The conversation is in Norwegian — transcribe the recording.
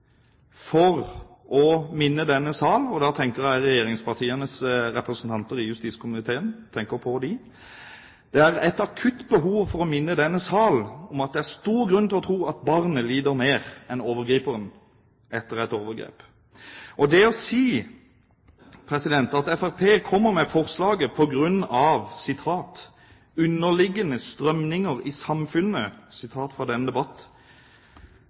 for å minne denne sal – og da tenker jeg på regjeringspartienes representanter i justiskomiteen – om at det er stor grunn til å tro at barnet lider mer enn overgriperen etter et overgrep. Og det å si at Fremskrittspartiet fremmer forslaget på grunn av underliggende «strømninger i samfunnet» – sitat fra denne debatt